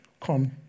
come